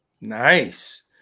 Nice